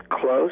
close